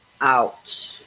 out